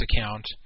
account